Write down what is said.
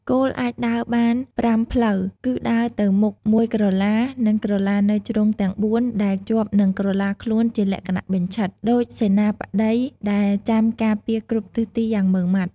គោល អាចដើរបានប្រាំផ្លូវ គឺដើរទៅមុខមួយក្រឡា និងក្រឡានៅជ្រុងទាំងបួនដែលជាប់នឹងក្រឡាខ្លួនជាលក្ខណៈបញ្ឆិត ដូចសេនាបតីដែលចាំការពារគ្រប់ទិសទីយ៉ាងម៉ឺងម៉ាត់។